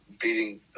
Beating